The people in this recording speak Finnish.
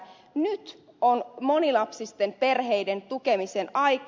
nyt on monilapsisten perheiden tukemisen aika